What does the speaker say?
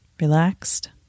Relaxed